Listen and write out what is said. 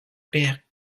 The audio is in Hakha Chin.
pek